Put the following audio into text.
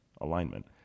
alignment